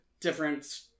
different